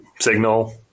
Signal